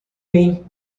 mim